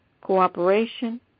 cooperation